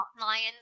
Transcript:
lions